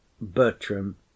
bertram